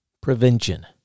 prevention